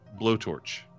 blowtorch